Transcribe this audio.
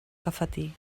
cafetí